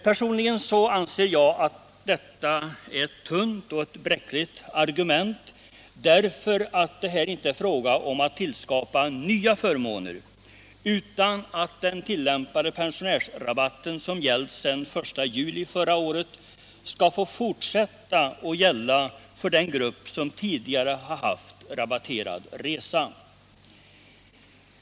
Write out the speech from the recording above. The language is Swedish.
Personligen anser jag att detta är ett tunt och bräckligt argument, eftersom det inte är fråga om att skapa nya förmåner, utan avsikten endast är att den tillämpade pensionärsrabatten, som har gällt sedan den 1 juli förra året, skall få fortsätta att gälla för den grupp som tidigare har haft rätt till rabatterade resor.